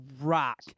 rock